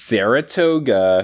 Saratoga